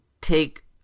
take